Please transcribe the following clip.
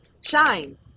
shine